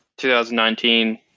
2019